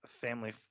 family